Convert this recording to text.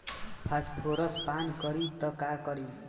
Phosphorus पान करी त का करी?